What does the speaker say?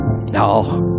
No